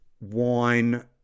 wine